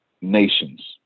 nations